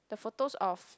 the photos of